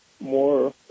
more